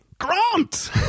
Grant